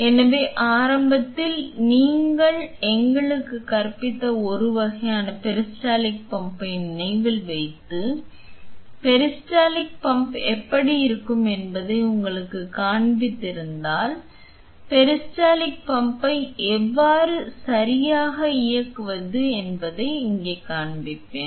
எனவே ஆரம்பத்தில் நீங்கள் எங்களுக்கு கற்பித்த ஒரு வகையான பெரிஸ்டால்டிக் பம்பை நினைவில் வைத்து பெரிஸ்டால்டிக் பம்ப் எப்படி இருக்கும் என்பதை உங்களுக்குக் காண்பித்திருந்தால் பெரிஸ்டால்டிக் பம்பை எவ்வாறு சரியாக இயக்குவது என்பதை இங்கே காண்பிப்போம்